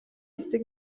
эцэг